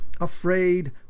afraid